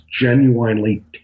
genuinely